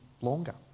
longer